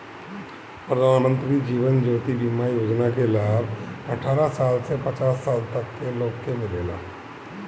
प्रधानमंत्री जीवन ज्योति बीमा योजना के लाभ अठारह साल से पचास साल तक के लोग के मिलेला